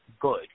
good